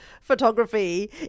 photography